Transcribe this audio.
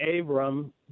Abram